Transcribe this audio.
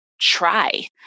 try